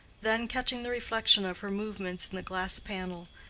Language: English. then catching the reflection of her movements in the glass panel,